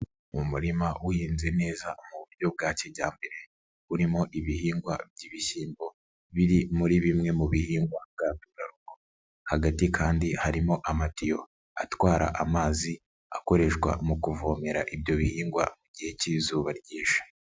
Mu murima uhinze neza mu buryo bwa kijyambere, urimo ibihingwa by'ibishyimbo, biri muri bimwe mu bihingwa ngandurarugo, hagati kandi harimo amatiyo atwara amazi, akoreshwa mu kuvomera ibyo bihingwa mu gihe k'izuba ryinshi.